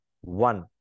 one